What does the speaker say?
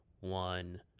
one